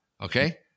Okay